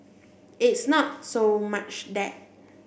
it's not so much that